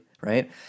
right